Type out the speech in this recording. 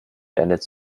beendet